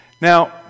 Now